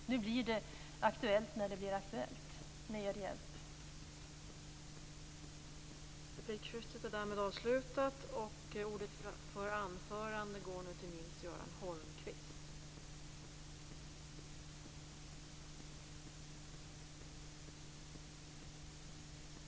Det blir aktuellt när det blir aktuellt.